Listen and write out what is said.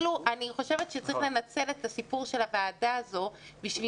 אני חושבת שצריך לנצל את הסיפור של הוועדה הזאת כדי